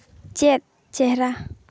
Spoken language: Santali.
ᱪᱮᱫ ᱪᱮᱦᱨᱟ